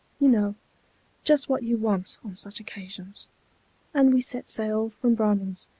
you know just what you want on such occasions and we set sail from braman's,